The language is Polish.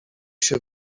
się